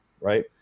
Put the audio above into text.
right